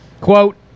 Quote